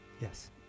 Yes